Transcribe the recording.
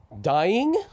dying